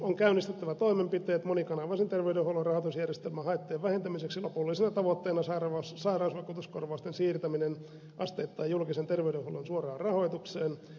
on käynnistettävä toimenpiteet monikanavaisen terveydenhuollon rahoitusjärjestelmän haittojen vähentämiseksi lopullisena tavoitteena sairausvakuutuskorvausten siirtäminen asteittain julkisen terveydenhuollon suoraan rahoitukseen